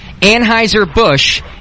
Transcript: Anheuser-Busch